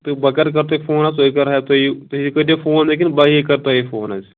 تہٕ بہٕ کَر کرٕ تۄہہِ فون حظ تُہۍ کَر ہا تُہۍ تُہۍ کٔرۍزیٚو فون کِنہٕ بےٕ کَرٕ تۄہہِ فون حظ